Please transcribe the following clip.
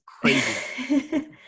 crazy